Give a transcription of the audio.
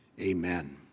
amen